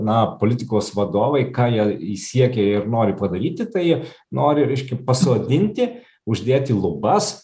na politikos vadovai ką jie į siekia ir nori padaryti tai nori reiškia pasodinti uždėti lubas